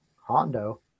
hondo